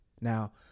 Now